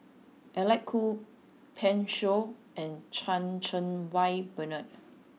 Alec Kuok Pan Shou and Chan Cheng Wah Bernard